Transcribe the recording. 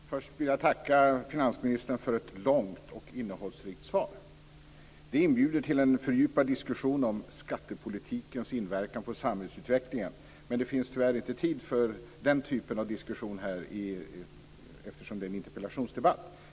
Fru talman! Först vill jag tacka finansministern för ett långt och innehållsrikt svar. Det inbjuder till en fördjupad diskussion om skattepolitikens inverkan på samhällsutvecklingen. Men det finns tyvärr inte tid för den typen av diskussion här eftersom det är en interpellationsdebatt.